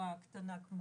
לבועה קטנה.